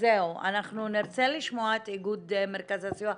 אנחנו נרצה לשמוע את איגוד מרכזי הסיוע.